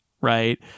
right